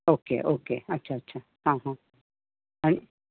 okay okay अच्छा अच्छा आं हां आनी